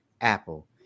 Apple